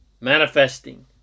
manifesting